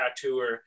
tattooer